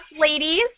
ladies